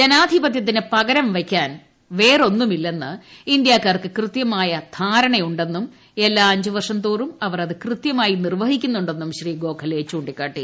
ജനാധിപതൃത്തിന് പകരം വയ്ക്കാൻ വേറൊന്നുമില്ലെന്ന് ഇന്ത്യക്കാർക്ക് കൃത്യമായ ധാരണയുണ്ടെന്നും എല്ലാ അഞ്ചുവർഷംതോറും അവർ അത് കൃത്യമായി നിർവ്വഹിക്കുന്നുണ്ടെന്നും ശ്രീ ഗോഖലെ ചൂണ്ടിക്കാട്ടി